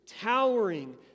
towering